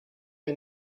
may